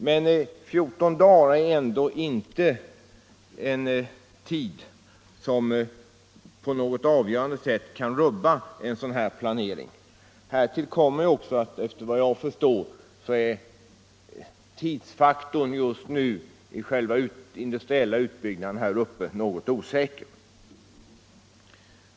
Men 14 dagar är ändå inte en tid som på något avgörande sätt kan rubba en sådan planering. Härtill kommer också, efter vad jag förstår, att tidsfaktorn just nu i den industriella utbyggnaden här uppe är något osäker.